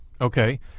Okay